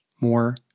more